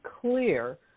clear